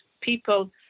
people